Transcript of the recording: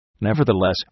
Nevertheless